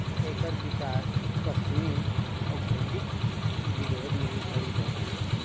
एकर विकास पश्चिमी औद्योगिक विरोध में भईल रहे